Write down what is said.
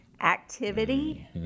activity